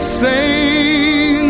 sing